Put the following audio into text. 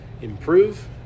improve